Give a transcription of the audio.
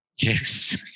Yes